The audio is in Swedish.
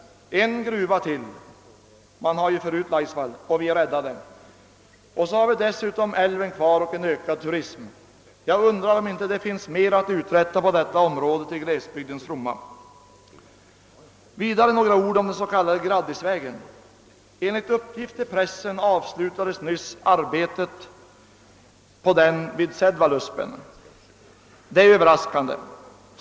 En gruva till» — man har förut Laisvall — »och vi är räddade. Och så har vi dessutom älven kvar och en ökad turism.» Jag undrar om det inte finns mer att uträtta på detta område till glesbygdens fromma. Vidare några ord om den s.k. Graddisvägen. Enligt uppgift i pressen avslutades nyss arbetet på denna väg vid Sädvaluspen. Det är överraskande.